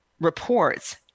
reports